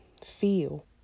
feel